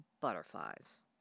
butterflies